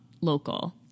local